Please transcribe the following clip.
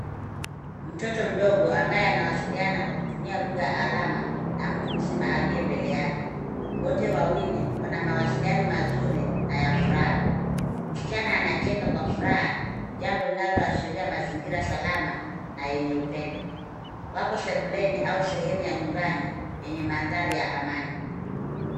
Mtoto mdogo ambaye anawasiliana kwa kutumia lugha ya alama na mtu mzima aliye mbele yake. Wote wawili wana mawasiliano mazuri na ya furaha. Msichana anacheka kwa furaha, jambo linaloashiria mazingira salama na yenye upendo. Wako sebuleni au sehemu ya nyumbani yenye mandhari ya amani.